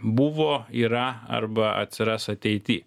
buvo yra arba atsiras ateity